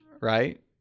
right